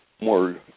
more